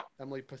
emily